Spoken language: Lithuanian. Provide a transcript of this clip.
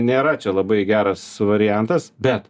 nėra čia labai geras variantas bet